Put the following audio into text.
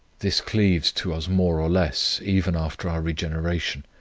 this cleaves to us more or less, even after our regeneration.